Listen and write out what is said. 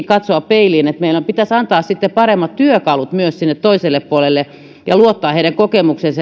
katsoa peiliin että meidän pitäisi antaa sitten paremmat työkalut myös sinne toiselle puolelle ja luottaa heidän kokemukseensa